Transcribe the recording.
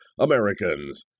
Americans